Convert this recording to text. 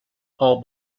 paul